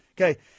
Okay